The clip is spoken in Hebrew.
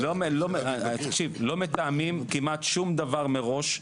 לא מתאמים כמעט שום דבר מראש.